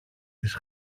της